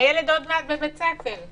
הילד עוד מעט בבית ספר.